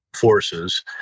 forces